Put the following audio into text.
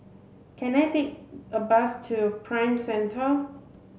can I take a bus to Prime Centre